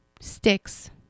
sticks